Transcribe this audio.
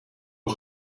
een